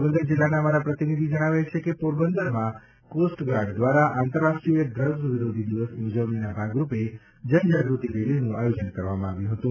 પોરબંદર જિલ્લાના અમારા પ્રતિનિધિ જણાવે છે કે પોરબંદરમાં કોસ્ટગાર્ડ દ્વારા આંતરરાષ્ટ્રીય ડ્રગ્સ વિરોધી દિવસની ઉજવણીના ભાગરૂપે જનજાગૃતિ રેલીનું આયોજન કરવામાં આવ્યું હતું